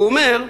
הוא אומר: